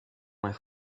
moins